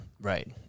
Right